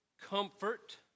comfort